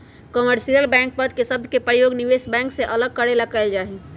commercial bank पद के शब्द के प्रयोग निवेश बैंक से अलग करे ला कइल जा हई